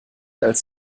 als